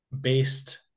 based